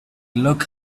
look